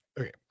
okay